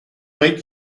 make